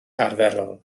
arferol